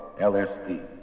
LSD